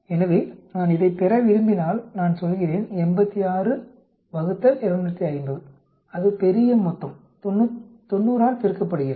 எனவே நான் இதைப் பெற விரும்பினால் நான் சொல்கிறேன் 86 ÷ 250 அது பெரிய மொத்தம் 90 ஆல் பெருக்கப்படுகிறது